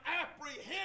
apprehended